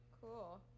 cool